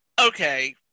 Okay